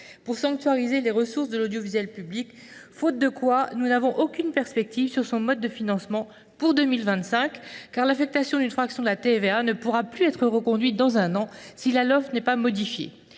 pour sanctuariser les ressources de l’audiovisuel public. À défaut, nous n’avons aucune perspective sur son mode de financement pour 2025, car l’affectation d’une fraction de TVA ne pourra plus être reconduite dans un an si la Lolf n’est pas modifiée.